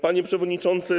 Panie Przewodniczący!